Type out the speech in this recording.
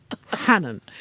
Hannon